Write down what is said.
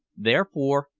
therefore,